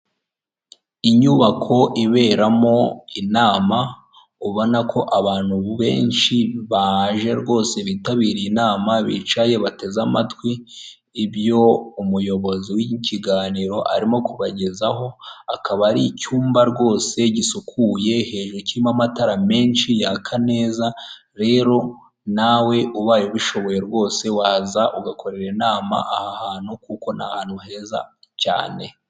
Inyubako iberamo inama ubona ko abantu benshi baje rwose bitabiriye inama bicaye bateze amatwi ibyo umuyobozi w'ikiganiro arimo kubagezaho ,akaba ari icyumba rwose gisukuye hejuru kirimo amatara menshi yaka neza rero nawe ubaye ubishoboye rwose waza ugakorera inama aha hantu kuko ni ahantu heza cyane.